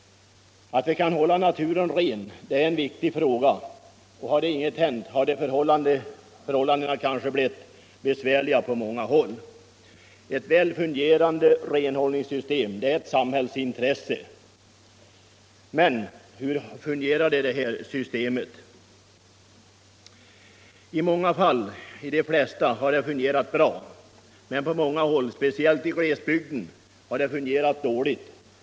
Att hålla naturen ren är för oss alla en viktig fråga. Om inget hänt hade förhål landena blivit besvärliga på många håll. Eu väl fungerande renhållningssystem är ctt samhällsintresse. Men hur fungerade det här systemet? I rnånga fall, ja, i de flesta, har det fungerat bra. Men på andra håll, speciellt i glesbygderna, har det fungerat dåligt.